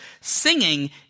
Singing